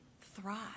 thrive